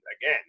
again